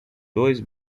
dois